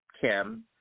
Kim